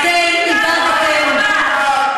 את שרת התרבות, מה זה,